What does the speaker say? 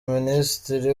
minisitiri